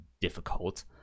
difficult